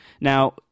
Now